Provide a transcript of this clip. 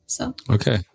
Okay